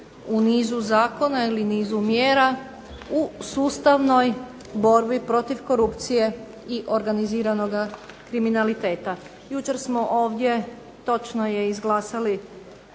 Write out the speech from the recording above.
u nizu zakona ili nizu mjera u sustavnoj borbi protiv korupcije i organiziranog kriminaliteta. Jučer smo ovdje točno je izglasali